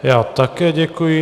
Já také děkuji.